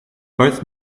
both